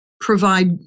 provide